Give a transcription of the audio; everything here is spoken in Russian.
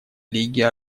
лиги